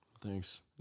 Thanks